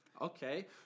Okay